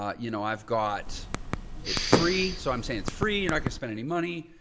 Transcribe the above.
um you know, i've got it free. so i'm saying it's free. you're not gonna spend any money.